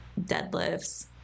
deadlifts